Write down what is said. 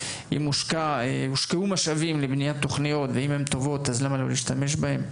אם הושקעו משאבים לבניית תוכניות ואם הן טובות אז למה לא להשתמש בהן?